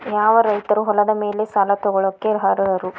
ಯಾವ ರೈತರು ಹೊಲದ ಮೇಲೆ ಸಾಲ ತಗೊಳ್ಳೋಕೆ ಅರ್ಹರು?